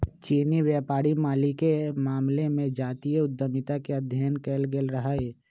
चीनी व्यापारी मालिके मामले में जातीय उद्यमिता के अध्ययन कएल गेल हइ